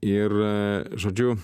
ir žodžiu